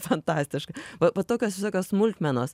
fantastiška va va tokios visokios smulkmenos